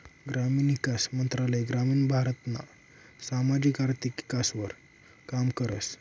ग्रामीण ईकास मंत्रालय ग्रामीण भारतना सामाजिक आर्थिक ईकासवर काम करस